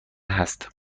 هست